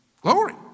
glory